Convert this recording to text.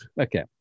Okay